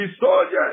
soldiers